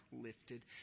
lifted